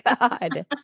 God